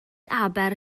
aber